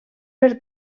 per